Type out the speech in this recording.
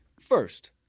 First